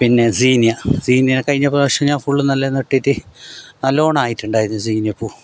പിന്നെ zinnia zinnia കഴിഞ്ഞ പ്രാവശ്യം ഞാൻ ഫുള്ള് നല്ല നട്ടിട്ട് നല്ലോണം ആയിട്ടുണ്ടായിരുന്നു സീനിയ പൂ